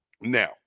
Now